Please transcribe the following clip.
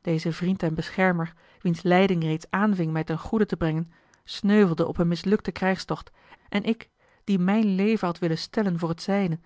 deze vriend en beschermer wiens leiding reeds aanving mij ten goede te brengen sneuvelde op een mislukten krijgstocht en ik die mijn leven had willen stellen voor het zijne